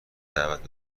دعوت